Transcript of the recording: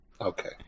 Okay